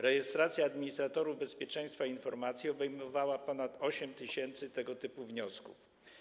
Rejestracja administratorów bezpieczeństwa informacji obejmowała ponad 8 tys. tego typu wniosków.